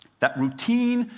that routine,